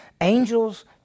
Angels